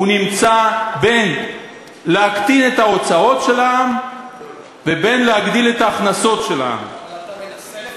נמצא בין להקטין את ההוצאות של העם ובין להגדיל את ההכנסות של העם.